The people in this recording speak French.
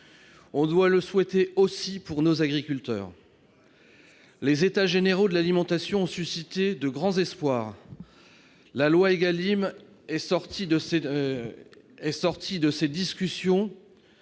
On doit le souhaiter aussi pour nos agriculteurs. C'est vrai ! Les États généraux de l'alimentation ont suscité de grands espoirs. La loi ÉGALIM est sortie de ces discussions